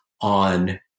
on